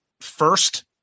first